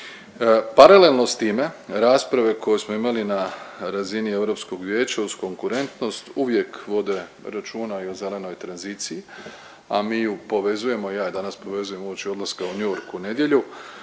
Paralelno s time rasprave koje smo imali na razini Europskog vijeća uz konkurentnost uvijek vode računa i o zelenoj tranziciji, a mi ju povezujemo, ja ju danas povezujem uoči odlaska u New York u nedjelju